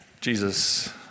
Jesus